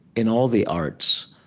in all the arts,